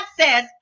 says